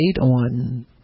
on